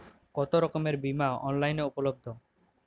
কতোরকমের বিমা অনলাইনে উপলব্ধ?